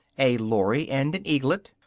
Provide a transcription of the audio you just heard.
a lory and an eaglet,